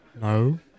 No